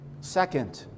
Second